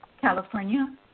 California